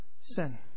sin